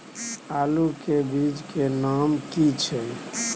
आलू के बीज के नाम की छै?